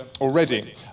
already